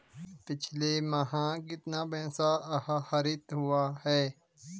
पिछले माह कितना पैसा आहरित हुआ है?